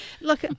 Look